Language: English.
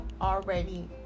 already